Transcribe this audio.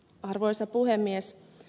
arvoisa puhemies